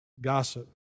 gossip